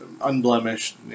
unblemished